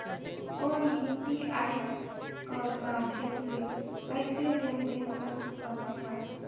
कौन यू.पी.आई कर माध्यम से कइसे लेन देन कर सकथव?